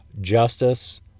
justice